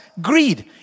greed